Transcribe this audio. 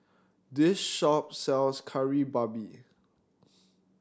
this shop sells Kari Babi